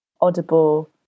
Audible